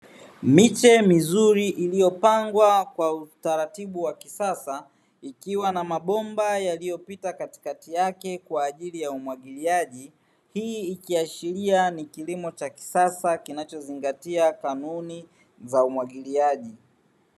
Miche mizuri iliyopangwa kwa utaratibu wa kisasa ikiwa na mabomba yaliyopita katikati yake kwa ajili ya umwagiliaji, hii ikiashiria ni kilimo cha kisasa kinacho zingatia kanuni za umwagiliaji.